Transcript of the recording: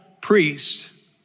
priest